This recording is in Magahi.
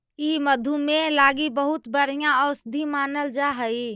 ई मधुमेह लागी बहुत बढ़ियाँ औषधि मानल जा हई